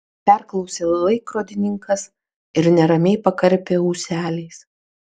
perklausė laikrodininkas ir neramiai pakarpė ūseliais